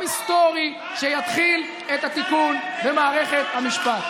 היסטורי שיתחיל את התיקון במערכת המשפט.